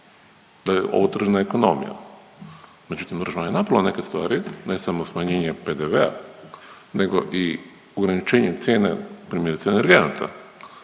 da je ovo tržna ekonomija. Međutim, država je napravila neke stvari, ne samo smanjenje PDV-a nego i ograničenje cijena primjerice energenata